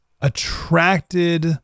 attracted